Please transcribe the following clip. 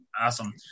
awesome